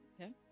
Okay